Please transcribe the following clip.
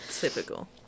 Typical